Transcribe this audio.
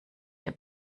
der